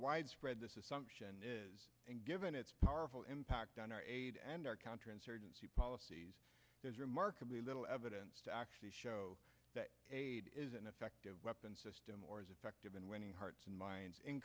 widespread this assumption is and given its powerful impact on our aid and our counterinsurgency policies remarkably little evidence to actually show that an effective weapon system or is effective in winning hearts and minds in